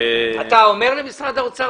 אתה אומר משהו למשרד האוצר?